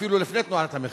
אפילו לפני תנועת המחאה.